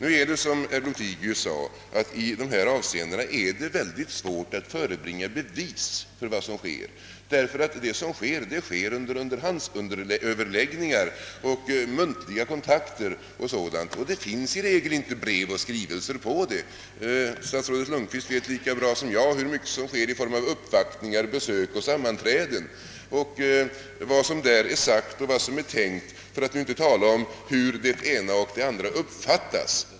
Som herr Lothigius framhållit är det mycket svårt att förebringa bevis på vad som äger rum härvidlag ty det rör sig om underhandsöverläggningar, muntliga «kontakter o. d. och därför finns det inte brev och skrivelser. Statsrådet Lundkvist vet lika bra som jag hur mycket som äger rum vid uppvaktningar, besök och sammanträden — för att nu inte tala om hur det ena och det andra uppfattas.